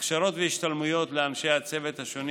הכשרות והשתלמויות לאנשי הצוות השונים